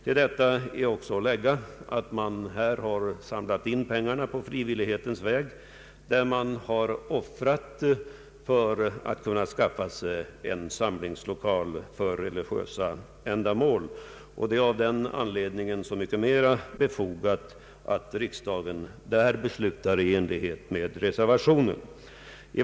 Till detta vill jag också foga att man här har samlat in pengar på frivillighetens väg, man har offrat för att kunna skaffa sig en samlingslokal för religiösa ändamål, och det är av den anledningen så mycket mer befogat att riksdagen beslutar i enlighet med reservationen.